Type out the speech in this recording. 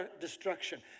destruction